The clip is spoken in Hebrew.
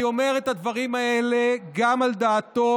אני אומר את הדברים האלה גם על דעתו